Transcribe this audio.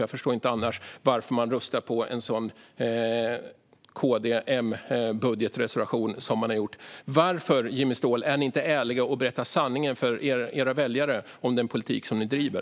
Jag förstår inte annars varför de har röstat på en KD-M-budgetreservation. Varför, Jimmy Ståhl, är ni inte ärliga och berättar sanningen för era väljare om den politik som ni driver?